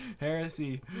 heresy